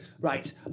Right